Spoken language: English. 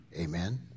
Amen